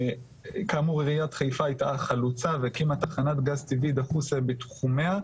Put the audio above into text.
כאמור עיריית חיפה הייתה החלוצה והקימה תחנת גז טבעי דחוס בתחומיה.